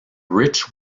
rich